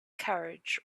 carriage